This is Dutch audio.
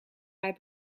mij